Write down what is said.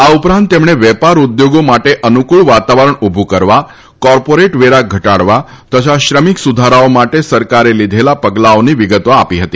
આ ઉપરાંત તેમણે વેપાર ઉદ્યોગો માટે અનુકુળ વાતાવરણ ઉભુ કરવા કોર્પોરેટ વેરા ઘટાડવા તથા શ્રમિક સુધારાઓ માટે સરકારે લીધેલા પગલાંની વિગતો આપી હતી